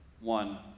one